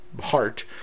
heart